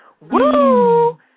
Woo